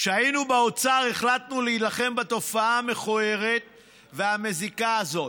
כשהיינו באוצר החלטנו להילחם בתופעה המכוערת והמזיקה הזאת.